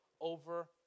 over